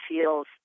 feels